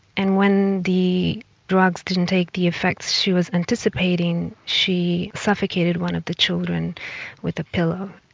and when the drugs didn't take the effects she was anticipating, she suffocated one of the children with a pillow.